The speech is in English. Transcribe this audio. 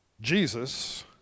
Jesus